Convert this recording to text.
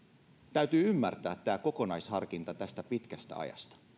täytyy ymmärtää tämä kokonaisharkinta tästä pitkästä ajasta